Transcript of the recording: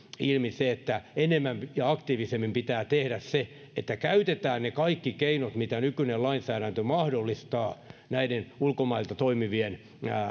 se että enemmän ja aktiivisemmin pitää tehdä niin että käytetään ne kaikki keinot mitä nykyinen lainsäädäntö mahdollistaa näiden ulkomailta toimivien